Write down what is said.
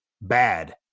Bad